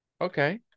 Okay